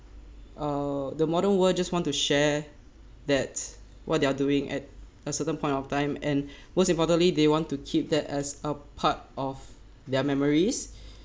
uh the modern world just want to share that what they are doing at a certain point of time and most importantly they want to keep that as a part of their memories